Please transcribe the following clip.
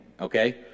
Okay